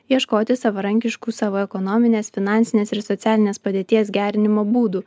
ieškoti savarankiškų savo ekonominės finansinės ir socialinės padėties gerinimo būdų